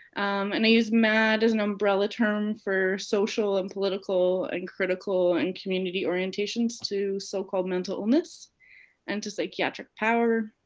and i use mad as an umbrella term for social and political and critical and community orientations to so-called mental illness and to psychiatric power.